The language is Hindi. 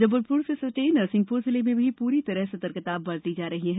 जबलपुर से सटे नरसिंहपुर जिले में भी पूरी तरह सतर्कता बरती जा रही है